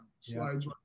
slides